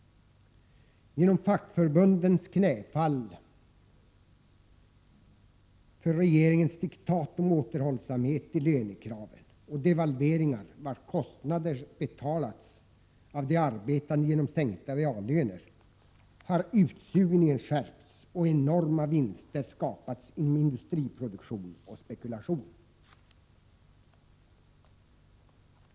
Genom fackförbundens knäfall för regeringens diktat om återhållsamhet i lönekraven och devalveringar, vilkas kostnader betalats 69 av de arbetande genom sänkta reallöner, har utsugningen skärpts och enorma vinster skapats inom industriproduktion och spekulation.